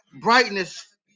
brightness